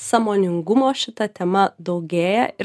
sąmoningumo šita tema daugėja ir